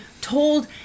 told